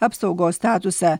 apsaugos statusą